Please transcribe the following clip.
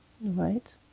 Right